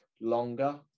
longer